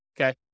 okay